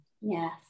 yes